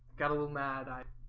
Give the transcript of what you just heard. got a little mad, i